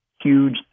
huge